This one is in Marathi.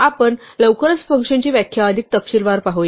आपण लवकरच फंक्शनची व्याख्या अधिक तपशीलवार पाहू